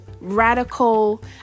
radical